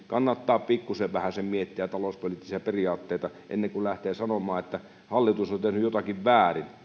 kannattaa pikkusen vähäsen miettiä talouspoliittisia periaatteita ennen kuin lähtee sanomaan että hallitus on tehnyt jotakin väärin